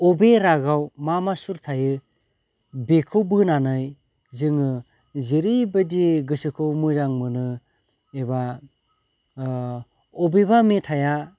अबे रागाव मा मा सुर थायो बेखौ बोनानै जोङो जेरैबायदि गोसोखौ मोजां मोनो एबा अबेबा मेथाइआ